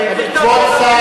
שטח כבוש,